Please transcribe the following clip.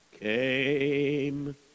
came